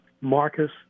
Marcus